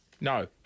No